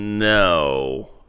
No